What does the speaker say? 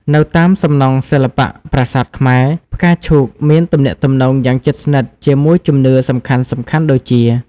នៅតាមសំណង់សិល្បៈប្រាសាទខ្មែរ ផ្កាឈូកមានទំនាក់ទំនងយ៉ាងជិតស្និទ្ធជាមួយជំនឿសំខាន់ៗដូចជា៖